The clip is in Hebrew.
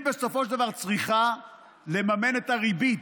היא בסופו של דבר צריכה לממן את הריבית.